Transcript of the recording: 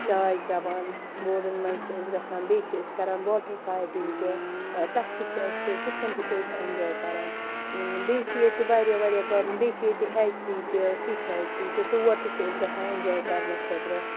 چاے چٮ۪وان بوڈَن منٛز چھِ أسۍ گژھان بیٚیہِ چھِ أسۍ کران واٹَر فایٹِنٛگ تہِ تَتھ تہِ چھِ اَسہِ تِتھ کَنۍ تہِ چھِ أسۍ اٮ۪نجاے کران بیٚیہِ چھِ ییٚتہِ واریاہ واریاہ گاڈَن بیٚیہِ چھِ ییٚتہِ ہیچری تہِ فِش ہیچری تہِ تور تہِ چھِ أسۍ گژھان اٮ۪نجاے کرنہٕ خٲطرٕ